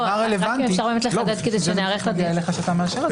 --- להודיע לך שאתה מאשר את זה.